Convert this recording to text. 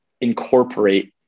incorporate